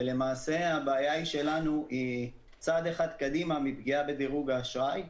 ולמעשה הבעיה שלנו היא צעד אחד קדימה מפגיעה בדירוג האשראי,